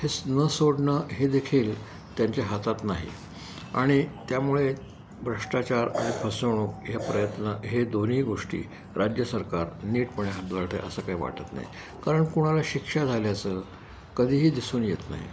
हेच न सोडणं हे देखील त्यांच्या हातात नाही आणि त्यामुळे भ्रष्टाचार आणि फसवणूक हे प्रयत्न हे दोन्ही गोष्टी राज्य सरकार नीटपणे हाताळत आहे असं काही वाटत नाही कारण कुणाला शिक्षा झाल्याचं कधीही दिसून येत नाही